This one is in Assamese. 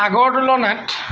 আগৰ তুলনাত